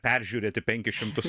peržiūrėti penkis šimtus